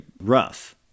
rough